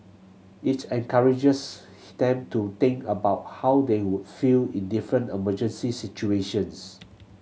it encourages them to think about how they would feel in different emergency situations